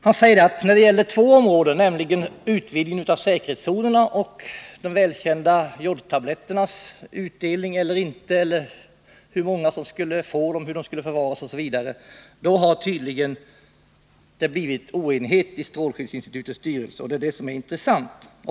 Han säger att när det gäller två områden, nämligen utvidgning av säkerhetszonerna och utdelning eller inte av de välkända jodtabletterna — hur många som skulle få dem, hur de skulle förvaras osv. — har det tydligen blivit oenighet i strålskyddsinstitutets styrelse. Det är det som är intressant.